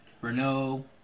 Renault